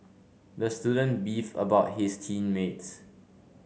the student beefed about his team mates